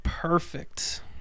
Perfect